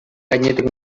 gainetik